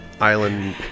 island